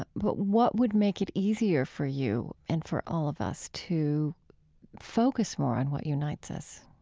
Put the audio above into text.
but what would make it easier for you and for all of us to focus more on what unites us?